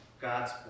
God's